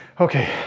Okay